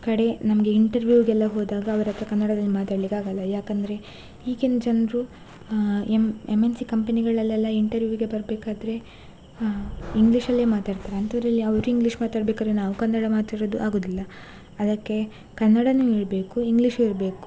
ಕಡೆ ನಮಗೆ ಇಂಟರ್ವ್ಯೂಗೆಲ್ಲಾ ಹೋದಾಗ ಅವರ ಹತ್ರ ಕನ್ನಡದಲ್ಲಿ ಮಾತಾಡಲಿಕ್ಕಾಗಲ್ಲ ಯಾಕಂದರೆ ಈಗಿನ ಜನರು ಎಮ್ ಎಮ್ ಎನ್ ಸಿ ಕಂಪೆನಿಗಳಲ್ಲೆಲ್ಲಾ ಇಂಟರ್ವ್ಯೂಗೆ ಬರಬೇಕಾದ್ರೆ ಹಾಂ ಇಂಗ್ಲೀಷಲ್ಲೇ ಮಾತಾಡ್ತಾರೆ ಅಂಥದ್ರಲ್ಲಿ ಅವರು ಇಂಗ್ಲೀಷ್ ಮಾತಾಡ್ಬೇಕಾದ್ರೆ ನಾವು ಕನ್ನಡ ಮಾತಾಡೋದು ಆಗುವುದಿಲ್ಲ ಅದಕ್ಕೆ ಕನ್ನಡವೂ ಇರಬೇಕು ಇಂಗ್ಲೀಷೂ ಇರಬೇಕು